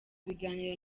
biganiro